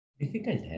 Difficult